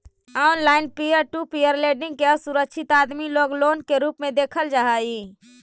online peer to peer lending के असुरक्षित आदमी लोग लोन के रूप में देखल जा हई